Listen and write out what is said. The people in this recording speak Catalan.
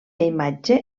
imatge